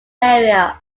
area